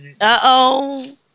Uh-oh